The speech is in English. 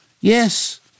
Yes